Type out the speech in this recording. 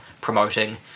promoting